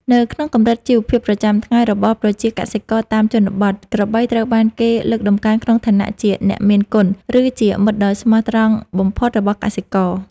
នៅក្នុងកម្រិតជីវភាពប្រចាំថ្ងៃរបស់ប្រជាកសិករតាមជនបទ ក្របីត្រូវបានគេលើកតម្កើងក្នុងឋានៈជា អ្នកមានគុណ ឬជាមិត្តដ៏ស្មោះត្រង់បំផុតរបស់កសិករ។